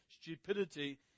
stupidity